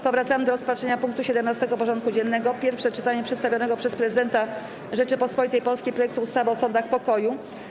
Powracamy do rozpatrzenia punktu 17. porządku dziennego: Pierwsze czytanie przedstawionego przez Prezydenta Rzeczypospolitej Polskiej projektu ustawy o sądach pokoju.